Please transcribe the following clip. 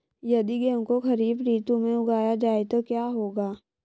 यदि गेहूँ को खरीफ ऋतु में उगाया जाए तो क्या होगा?